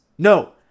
No